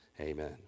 Amen